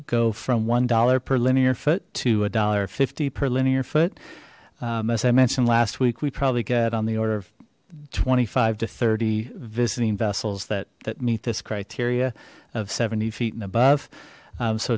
go from one dollar per linear foot to a dollar fifty per linear foot as i mentioned last week we probably get on the order of twenty five to thirty visiting vessels that that meet this criteria of seventy feet and above